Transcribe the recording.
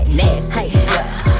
nasty